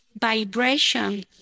vibration